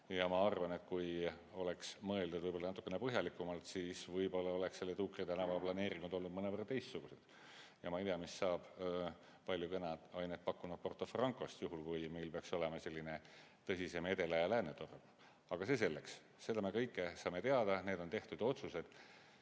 ja ma arvan, et kui oleks mõeldud natukene põhjalikumalt, siis võib-olla oleks selle Tuukri tänava planeeringud olnud mõnevõrra teistsugused. Ja ma ei tea, mis saab palju kõneainet pakkunud Porto Francost, juhul kui meil peaks olema tõsisem edela- ja läänetorm. Aga see selleks. Seda kõike me saame teada, need on tehtud otsused.